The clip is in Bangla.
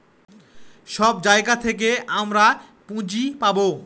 সব জায়গা থেকে আমরা পুঁজি পাবো